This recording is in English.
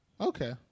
Okay